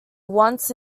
once